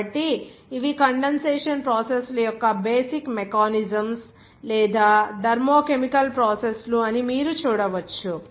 కాబట్టి ఇవి condensation process ల యొక్క బేసిక్ మెకానిజమ్స్ లేదా థర్మో కెమికల్ ప్రాసెస్ లు అని మీరు చూడవచ్చు